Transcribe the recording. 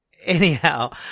Anyhow